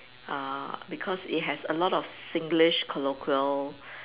uh because it has a lot of Singlish colloquial